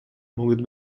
могут